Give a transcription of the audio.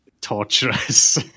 torturous